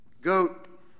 Goat